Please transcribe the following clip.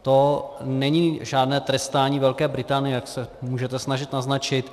To není žádné trestání Velké Británie, jak se můžete snažit naznačit.